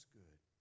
good